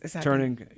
...turning